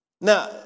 Now